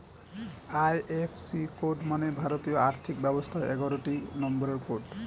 IFC code মানে ভারতীয় আর্থিক ব্যবস্থার এগারোটি নম্বরের কোড